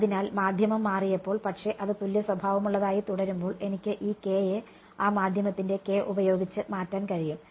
അതിനാൽ മാധ്യമം മാറിയപ്പോൾ പക്ഷേ അത് തുല്യസ്വഭാവമുള്ളതായി തുടരുമ്പോൾ എനിക്ക് ഈ k യെ ആ മാധ്യമത്തിന്റെ k ഉപയോഗിച്ച് മാറ്റാൻ കഴിയും